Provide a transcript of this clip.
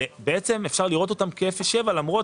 בעצם אפשר לראות אותם כאפס עד שבעה קילומטר,